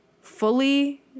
fully